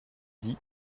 dit